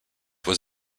was